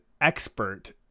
expert